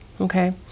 okay